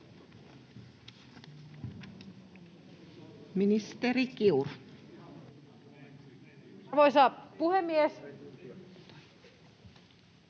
Ministeri Kiuru. Arvoisa puhemies!